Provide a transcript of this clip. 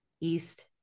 East